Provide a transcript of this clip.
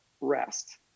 rest